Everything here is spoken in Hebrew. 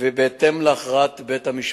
ובהתאם להכרעת בית-המשפט.